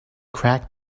crack